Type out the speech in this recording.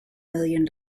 million